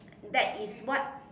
that is what